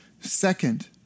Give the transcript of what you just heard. Second